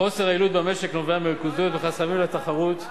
חוסר היעילות במשק נובע מהריכוזיות ומחסמים לתחרות,